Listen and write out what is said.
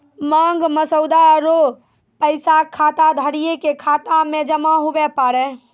मांग मसौदा रो पैसा खाताधारिये के खाता मे जमा हुवै पारै